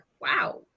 wow